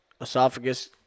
esophagus